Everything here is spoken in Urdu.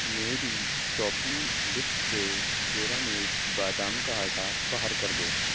میری شاپنگ لسٹ سے پیورامیٹ بادام کا آٹا باہر کر دو